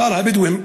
שר הבדואים,